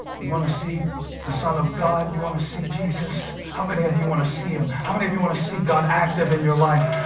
you want to see the son of god? do you want to see jesus? how many of you want to see him? how many of you want to see god active in your life?